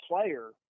player